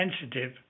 sensitive